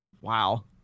Wow